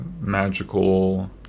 magical